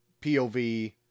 POV